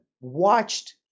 watched